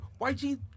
YG